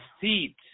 seat